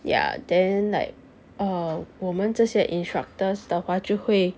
ya then like err 我们这些 instructors 的话就会